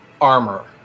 armor